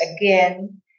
again